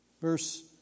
Verse